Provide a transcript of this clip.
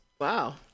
Wow